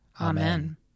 Amen